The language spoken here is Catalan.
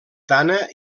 tana